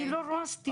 אני לא רואה סתירה.